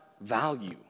value